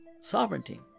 sovereignty